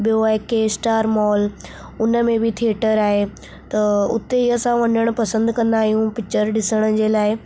ॿियो आहे के स्टार मॉल उनमें बि थिएटर आहे त उते ई असां वञणु पसंदि कंदा आयूं पिच्चर ॾिसण जे लाइ